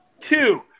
Two